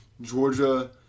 Georgia